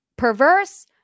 perverse